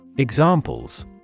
Examples